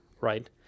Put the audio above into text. right